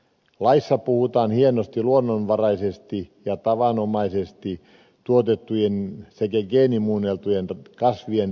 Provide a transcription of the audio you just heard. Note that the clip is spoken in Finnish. laissa puhutaan hienosti luonnonvaraisesti ja tavanomaisesti tuotettujen sekä geenimuunneltujen kasvien rinnakkaiselosta